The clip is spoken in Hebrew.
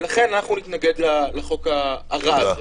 ולכן אנחנו נתנגד לחוק הרע הזה.